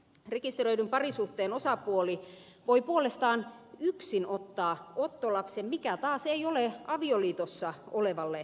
rekisteröidyn parisuhteen osapuoli voi puolestaan yksin ottaa ottolapsen mikä taas ei ole avioliitossa olevalle mahdollista